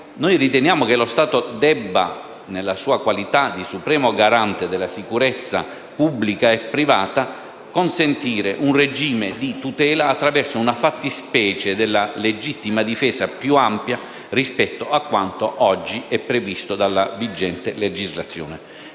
noi riteniamo che lo Stato debba, nella sua qualità di supremo garante della sicurezza pubblica e privata, consentire un regime di tutela attraverso una fattispecie della legittima difesa più ampia rispetto a quanto oggi è previsto dalla vigente legislazione.